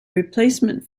replacement